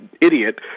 idiot